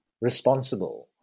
responsible